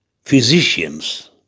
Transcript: Physicians